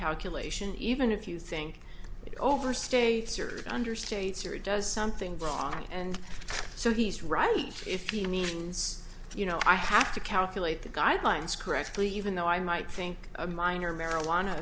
calculation even if you think it overstates your understates or does something wrong and so he's right if he means you know i have to calculate the guidelines correctly even though i might think a minor marijuana